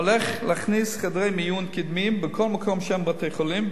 הולכים להכניס חדרי מיון קדמיים בכל מקום שאין בתי-חולים,